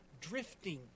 drifting